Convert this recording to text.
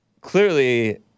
clearly